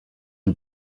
you